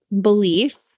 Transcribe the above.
belief